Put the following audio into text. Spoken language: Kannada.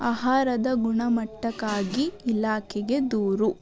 ಆಹಾರದ ಗುಣಮಟ್ಟಕ್ಕಾಗಿ ಇಲಾಖೆಗೆ ದೂರು